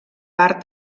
part